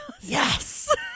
yes